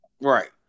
Right